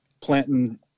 planting